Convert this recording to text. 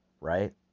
right